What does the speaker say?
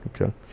Okay